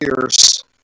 years